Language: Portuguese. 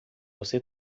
você